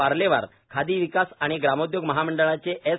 पार्लेवार खादी विकास आणि ग्रामोद्योग महामंडळाचे एस